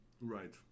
Right